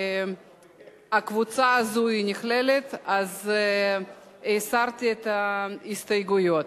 והקבוצה הזאת נכללת, אז הסרתי את ההסתייגויות.